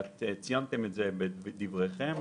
וציינתם את זה בדבריכם,